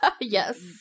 Yes